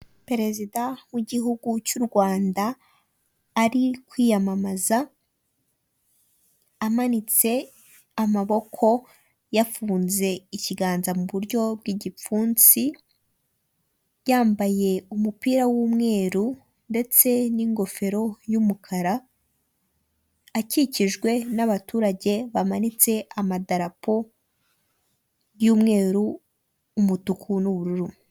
Perezida w'igihugu cy'u Rwanda ari kwiyamamaza amanitse amaboko yafunze ikiganza mu buryo bw'igipfunsi, yambaye umupira w'umweru ndetse n'ingofero y'umukara, akikijwe n'abaturage bamanitse amadarapo y'umweru, umutuku, n'ubururu.